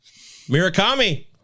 Mirakami